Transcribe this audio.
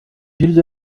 hirya